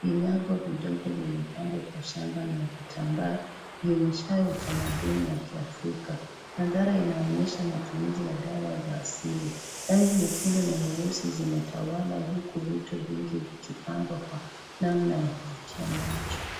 Vinyago vidogo vimepangwa kwa shanga na vitambaa vionyeshayo utamaduni wa kiafrika. Mandhari inaonyesha matumizi ya dawa za aisili. Rangi za nyekundu na nyeusi zimetawala huku vitu vingi vikipangwa kwa namna ya kuvutia macho.